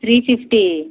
three fifty